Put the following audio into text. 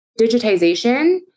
digitization